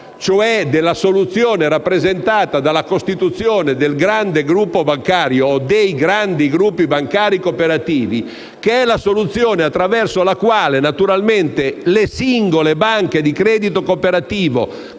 cioè della soluzione rappresentata dalla costituzione del grande gruppo bancario o dei grandi gruppi bancari cooperativi. Questa è la soluzione attraverso la quale le singole banche di credito cooperativo